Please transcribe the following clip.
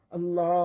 Allah